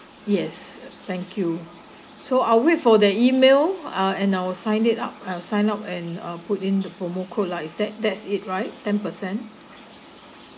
yes thank you so I'll wait for the email ah and I will sign it up I'll sign up and uh put in the promo code lah is that that's it right ten percent